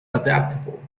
adaptable